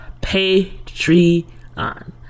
Patreon